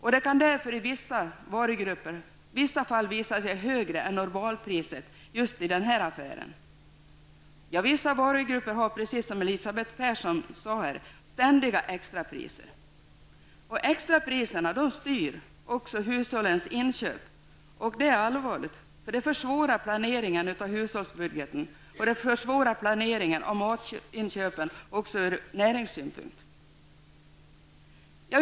Priset kan därför i vissa fall visa sig vara högre än normalpriset i en viss affär. Vissa varugrupper har, precis som Dessa styr också hushållens inköp, och det är allvarligt. Det försvårar nämligen planeringen av hushållsbudgeten och planeringen av matinköpen, också ur näringssynpunkt.